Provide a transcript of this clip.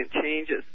changes